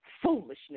foolishness